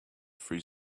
free